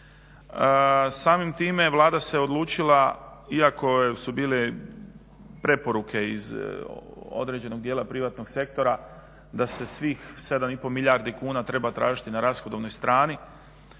Samim time Vlada se odlučila iako su bile preporuke iz određenog dijela privatnog sektora da se svih 7,5 milijardi kuna treba tražiti na rashodovnoj strani,